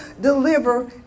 deliver